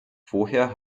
woher